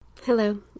Hello